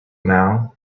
now